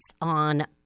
on